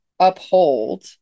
uphold